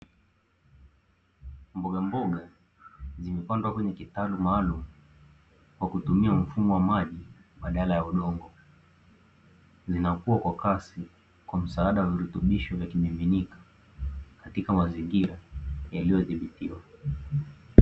Mbogamboga zimepandwa kwenye kitaru maalumu kwa kutumia mfumo wa maji, badala ya udongo inakuwa kwa kasi kwa msaada wa virutubisho vyao vimiminika katika mazingira yaliyodhibitiwa.